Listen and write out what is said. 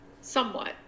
Somewhat